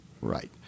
Right